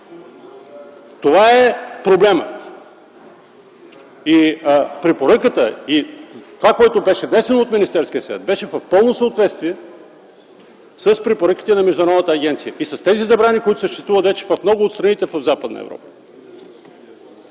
Това е проблемът. И препоръката, и това, което беше внесено от Министерския съвет, беше в пълно съответствие с препоръките на Международната агенция и с тези забрани, които съществуват вече в много от страните в Западна Европа.